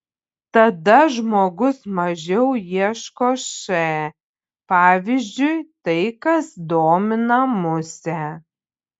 tada žmogus mažiau ieško š pavyzdžiui tai kas domina musę